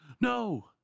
No